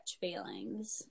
feelings